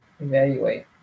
Evaluate